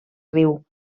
riu